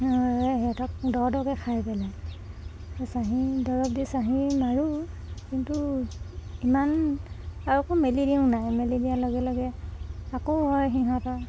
সিহঁতক দ দকৈ খাই পেলাই চাহী দৰৱ দি চাহী মাৰোঁ কিন্তু ইমান আৰু আকৌ মেলি দিওঁ নাই মেলি দিয়াৰ লগে লগে আকৌ হয় সিহঁতৰ